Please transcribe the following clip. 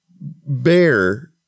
Bear